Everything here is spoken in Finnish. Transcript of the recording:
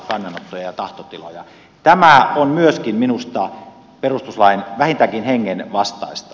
myöskin tämä on minusta perustuslain vähintäänkin sen hengen vastaista